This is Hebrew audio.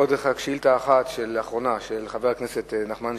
שאילתא אחרונה של חבר הכנסת נחמן שי,